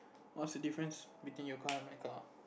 what's the difference between your car and my car